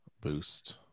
Boost